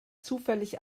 zufällig